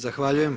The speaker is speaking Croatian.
Zahvaljujem.